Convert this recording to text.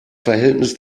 verhältnis